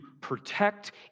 protect